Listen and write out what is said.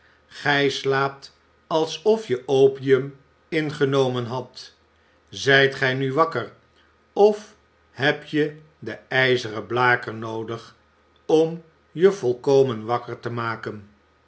gij slaapt alsof je opium ingenomen hadt zijt gij nu wakker of heb je den ijzeren blaker noodig om je volkomen wakker te maken